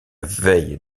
veille